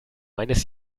eines